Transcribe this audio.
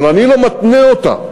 אבל אני לא מתנה אותן,